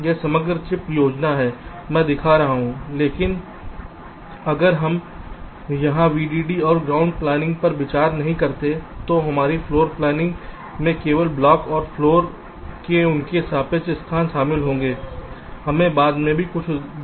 यह समग्र चिप योजना है मैं दिखा रहा हूं लेकिन अगर हम यहां वीडीडी और ग्राउंड प्लानिंग पर विचार नहीं करते हैं तो हमारी फ्लोर प्लैनिंग में केवल ब्लॉक और फ्लोर में उनके सापेक्ष स्थान शामिल होंगे हमें बाद में भी कुछ उदाहरण दिखाई देंगे